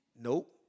Nope